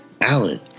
Alan